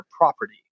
property